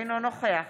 אינו נוכח